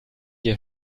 hier